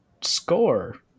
score